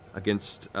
against